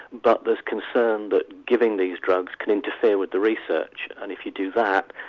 but there's concern that giving these drugs can interfere with the research, and if you do that,